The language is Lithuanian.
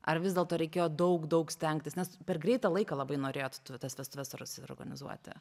ar vis dėlto reikėjo daug daug stengtis nes per greitą laiką labai norėjot tas vestuves suorganizuoti